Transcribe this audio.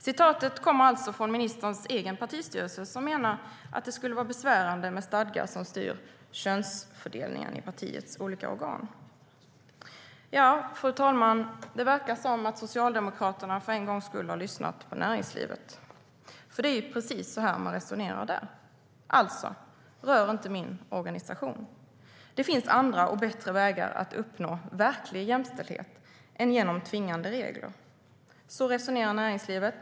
Citatet kommer från ministerns egen partistyrelse, som menar att det skulle vara besvärande med stadgar som styr könsfördelningen i partiets olika organ. Ja, fru talman, det verkar som om Socialdemokraterna för en gångs skull har lyssnat på näringslivet, för det är ju precis så man resonerar där: Rör inte min organisation! Det finns andra och bättre vägar för att uppnå verklig jämställdhet än genom tvingande regler. Så resonerar näringslivet.